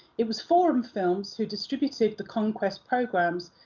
it was forum films who distributed the conquest programmes,